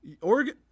Oregon